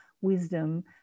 wisdom